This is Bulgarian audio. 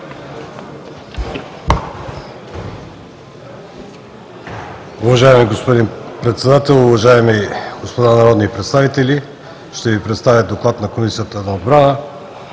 Уважаеми господин Председател, уважаеми господа народни представители! Ще Ви представя: „ДОКЛАД на Комисията по отбрана